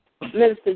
Minister